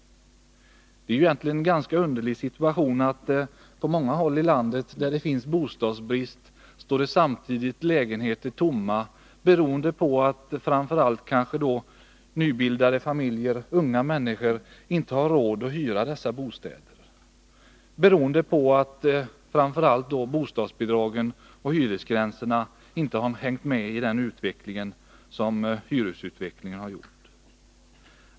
Det är egentligen en ganska underlig situation, att på många håll i landet där det råder bostadsbrist står samtidigt lägenheter tomma, beroende främst på att nybildade familjer — unga människor — inte har råd att hyra dessa bostäder därför att bostadsbidragen och hyresgränserna inte har hängt med i hyresutvecklingen.